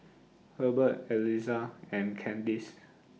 Herbert Elissa and Kandice